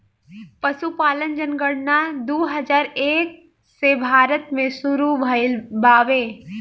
पसुपालन जनगणना दू हजार एक से भारत मे सुरु भइल बावे